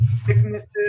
sicknesses